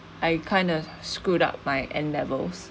I kind of screwed up my N levels